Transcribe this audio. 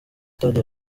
sitade